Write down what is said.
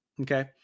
Okay